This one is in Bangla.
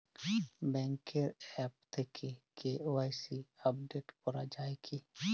ব্যাঙ্কের আ্যপ থেকে কে.ওয়াই.সি আপডেট করা যায় কি?